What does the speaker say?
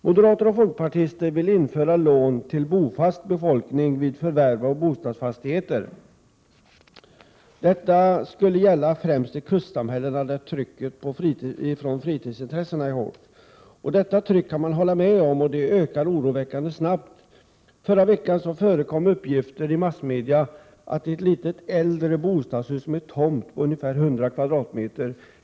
Moderater och folkpartister vill införa lån till bofast befolkning vid förvärv av bostadsfastigheter. Detta skulle gälla främst i kustsamhällena, där trycket från fritidsintressena är hårt. Jag kan hålla med om att detta tryck finns, och det ökar oroväckande snabbt. I förra veckan förekom uppgifter i massmedia att ett litet äldre bostadshus med tomt på ca 100 m?